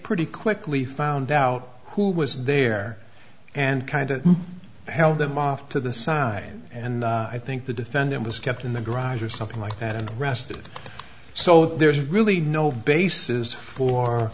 pretty quickly found out who was there and kind of held them off to the side and i think the defendant was kept in the garage or something like that the rest so there's really no basis for